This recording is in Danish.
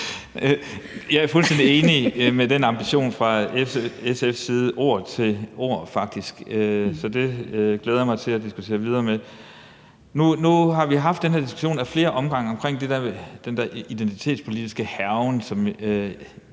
Jeg er fuldstændig enig i den ambition, som SF har, faktisk ord til andet, så det glæder jeg mig til at diskutere videre. Nu har vi haft den diskussion ad flere omgange omkring den her identitetspolitiske hærgen,